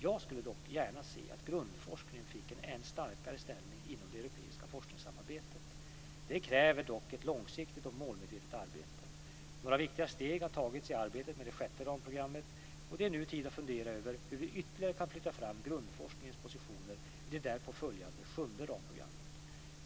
Jag skulle dock gärna se att grundforskningen fick en ännu starkare ställning inom det europeiska forskningssamarbetet. Detta kräver dock ett långsiktigt och målmedvetet arbete. Några viktiga steg har tagits i arbetet med det sjätte ramprogrammet och det är nu tid att fundera över hur vi ytterligare kan flytta fram grundforskningens positioner i det därpå följande, sjunde ramprogrammet.